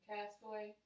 Castaway